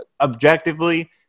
objectively